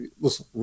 listen